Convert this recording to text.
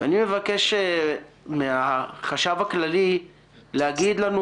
אני מבקש מהחשב הכללי להגיד לנו,